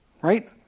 Right